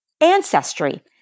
ancestry